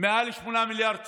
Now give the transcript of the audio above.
מעל 8 מיליארד שקל,